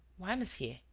why, monsieur,